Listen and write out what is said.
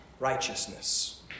Righteousness